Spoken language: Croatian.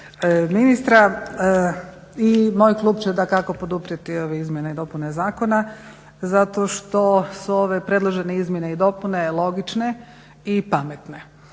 ministra. I moj Klub će dakako poduprijeti ove Izmjene i dopune zakona zato što su ove predložene Izmjene i dopune logične i pametne.